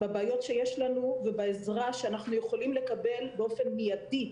בבעיות שיש לנו ובעזרה שאנחנו יכולים לקבל באופן מיידי,